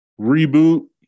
reboot